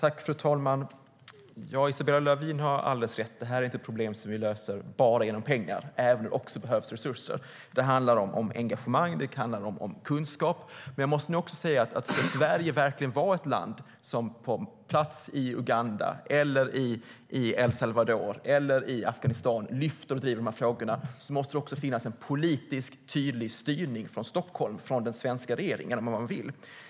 Fru talman! Isabella Lövin har alldeles rätt: Det här är inte problem som vi löser bara med pengar, även om det också behövs resurser. Det handlar om engagemang, och det handlar om kunskap. Men jag måste nog också säga att om Sverige verkligen ska vara på plats i Uganda, El Salvador eller Afghanistan och lyfta upp och driva de här frågorna måste det också finnas en politiskt tydlig styrning från Stockholm och den svenska regeringen om vad man vill.